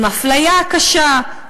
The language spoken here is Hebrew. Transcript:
עם אפליה קשה.